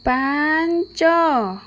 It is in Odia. ପାଞ୍ଚ